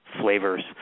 flavors